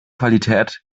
qualität